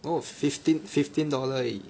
bro fifteen fifteen dollar 而已